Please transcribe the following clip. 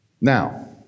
Now